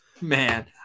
Man